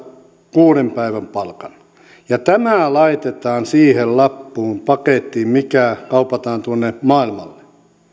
kuuden päivän palkan ja tämä laitetaan siihen lappuun pakettiin mikä kaupataan tuonne maailmalle